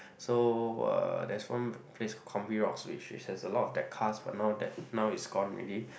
so uh there's one place Combi Rocks which which has a lot of that cars but now that now it's gone already